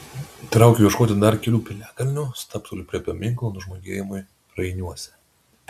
traukiu ieškoti dar kelių piliakalnių stabteliu prie paminklo nužmogėjimui rainiuose